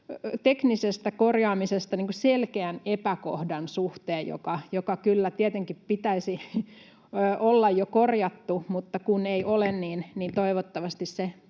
teknisestä korjaamisesta selkeän epäkohdan suhteen, jonka kyllä tietenkin pitäisi olla jo korjattu, mutta kun ei ole, niin toivottavasti se